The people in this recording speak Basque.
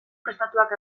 prestatuak